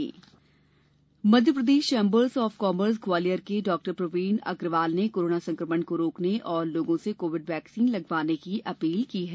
जन आंदोलन Madhya Pradesh chambers of commerce Gwalior के डॉ प्रवीण अग्रवाल ने कोरोना संकमण को रोकने और कोविड वैक्सीन लगवाने की अपील की है